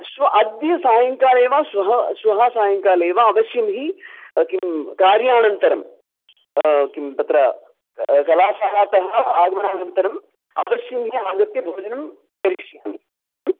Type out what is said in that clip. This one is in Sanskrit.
श्वः अद्य सायङ्काले वा श्वः श्वः सायङ्काले वा अवश्यं हि किं कार्यानन्तरं किं तत्र कलाशालातः आगमनानन्तरम् अवश्यं हि आगत्य भोजनं करिष्यामि